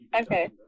okay